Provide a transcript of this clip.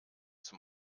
zum